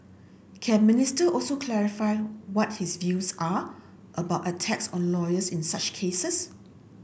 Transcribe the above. can Minister also clarify what his views are about attacks on lawyers in such cases